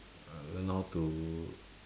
uh learn how to